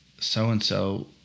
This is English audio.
so-and-so